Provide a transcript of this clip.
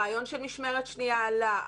הרעיון של משמרת שנייה עלה,